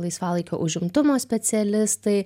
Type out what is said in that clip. laisvalaikio užimtumo specialistai